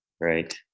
right